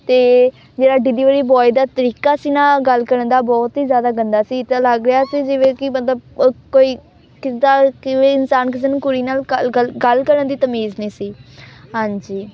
ਅਤੇ ਜਿਹੜਾ delivery boy ਦਾ ਤਰੀਕਾ ਸੀ ਨਾ ਗੱਲ ਕਰਨ ਦਾ ਬਹੁਤ ਹੀ ਜ਼ਿਆਦਾ ਗੰਦਾ ਸੀ ਇੱਦਾਂ ਲੱਗ ਰਿਹਾ ਸੀ ਜਿਵੇਂ ਕਿ ਮਤਲਬ ਕੋਈ ਕਿੱਦਾਂ ਕਿਵੇਂ ਇਨਸਾਨ ਕਿਸੇ ਨੂੰ ਕੁੜੀ ਨਾਲ ਗੱਲ ਕਰਨ ਦੀ ਤਮੀਜ਼ ਨਹੀਂ ਸੀ ਹਾਂਜੀ